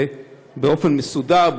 באופן מסודר,